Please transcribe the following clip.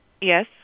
Yes